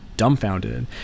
dumbfounded